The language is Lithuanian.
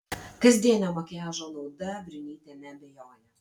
kasdienio makiažo nauda briunytė neabejoja